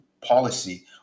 policy